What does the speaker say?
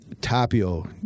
Tapio